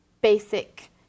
basic